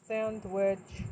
Sandwich